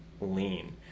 lean